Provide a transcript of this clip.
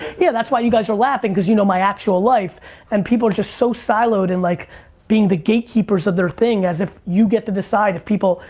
yeah, that's why you guys are laughing cause you know my actual life and people are just so siloed in like being the gatekeepers of their thing as if you get to decide if people,